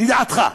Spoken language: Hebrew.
לידיעתך,